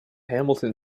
hamilton